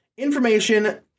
Information